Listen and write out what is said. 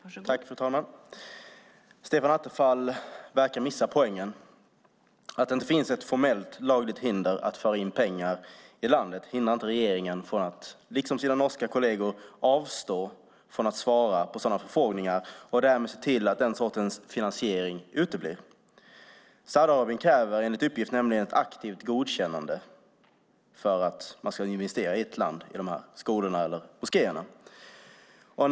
Fru talman! Stefan Attefall verkar missa poängen. Att det inte finns ett formellt lagligt hinder att föra in pengar i landet hindrar inte regeringen från att, liksom sina norska kolleger, avstå från att svara på sådana förfrågningar och därmed se till att den sortens finansiering uteblir. Saudiarabien kräver enligt uppgift nämligen ett aktivt godkännande för att man ska investera i skolor eller moskéer i ett land.